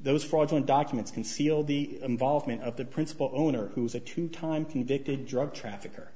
those fraudulent documents conceal the involvement of the principal owner who is a two time convicted drug trafficker